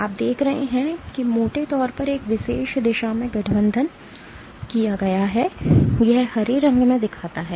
आप देख रहे हैं कि मोटे तौर पर एक विशेष दिशा में गठबंधन किया गया है और यह हरे रंग में दिखाता है